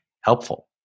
helpful